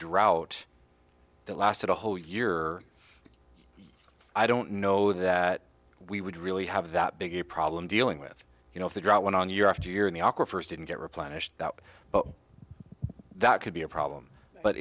drought that lasted a whole year i don't know that we would really have that big a problem dealing with you know if the drought went on year after year in the awkward first didn't get replenished but that could be a problem but